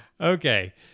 Okay